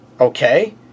okay